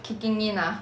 kicking in ah